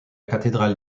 cathédrale